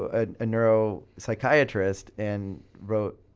ah ah a neuro-psychiatrist and wrote